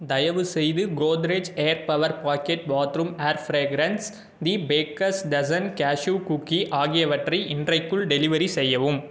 தயவுசெய்து Godrej aer power pocket bathroom air fragrance the Baker's Dozen cashew cookie ஆகியவற்றை இன்றைக்குள் delivery செய்யவும்